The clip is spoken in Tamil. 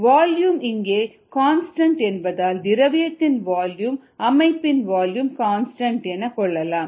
வால்யூம் இங்கே கான்ஸ்டன்ட் என்பதால் திரவியத்தின் வால்யூம் அமைப்பின் வால்யூம் கன்ஸ்டன்ட் எனக்கொள்ளலாம்